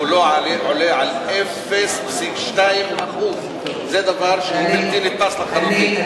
שהוא לא עולה על 0.2%. זה דבר שהוא בלתי נתפס לחלוטין.